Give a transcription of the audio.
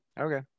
okay